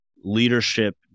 leadership